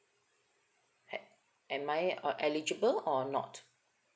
had am I eligible or not